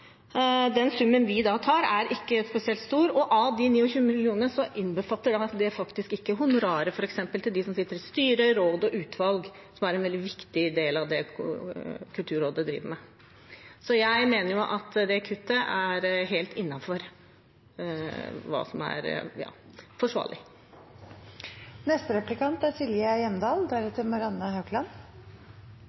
Den summen vi da tar er ikke spesielt stor. De 29 mill. kr innbefatter faktisk ikke honorarer til dem som sitter i styrer, råd og utvalg, som er en veldig viktig del av det Kulturrådet driver med. Så jeg mener at dette kuttet er helt innenfor hva som er